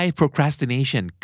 procrastination